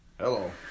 Hello